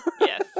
Yes